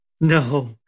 No